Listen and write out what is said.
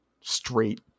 straight